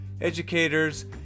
educators